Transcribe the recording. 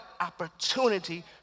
opportunity